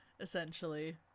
essentially